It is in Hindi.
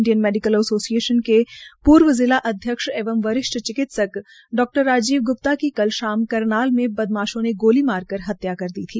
इंडियन मेडीकल एसोसियेशन के पूर्व जिला अध्यक्ष एवं वरिष्ठ चिकित्सक डा राजीव ग्प्ता की कल शाम करनाल मे बदमाशों ने गोली मार कर हत्या कर दी थी